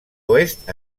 oest